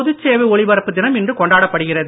பொதுச்சேவை ஒலிபரப்பு தினம் இன்று கொண்டாடப்படுகிறது